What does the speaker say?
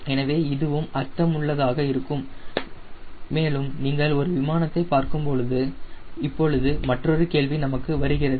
எனவே இதுவும் நமக்கு அர்த்தமுள்ளதாக இருக்கும் மேலும் நீங்கள் ஒரு விமானத்தை பார்க்கும்போது இப்பொழுது மற்றொரு கேள்வி நம் மனதிற்கு வருகிறது